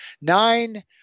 nine